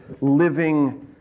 living